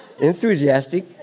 enthusiastic